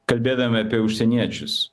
kalbėdami apie užsieniečius